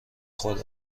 خود